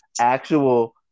actual